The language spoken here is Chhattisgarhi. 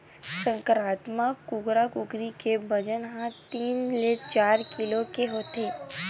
संकरामक कुकरा कुकरी के बजन ह तीन ले चार किलो के होथे